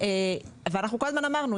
ואנחנו כל הזמן אמרנו,